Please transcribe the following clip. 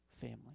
family